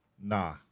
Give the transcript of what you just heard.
Nah